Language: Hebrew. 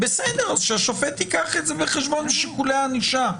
שהשופט ייקח את זה בחשבון בשיקולי הענישה.